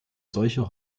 solche